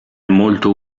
molto